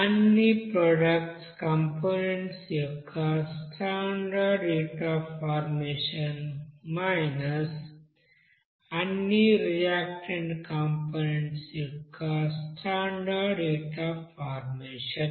అన్ని products components యొక్క standard heat of formation అన్ని రియాక్టెంట్ కంపోనెంట్స్ యొక్క స్టాండర్డ్ హీట్ అఫ్ ఫార్మేషన్